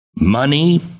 money